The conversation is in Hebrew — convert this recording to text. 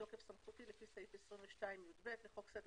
בתוקף סמכותי לפי סעיף 22יב לחוק סדר